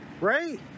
Right